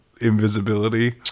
invisibility-